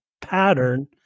pattern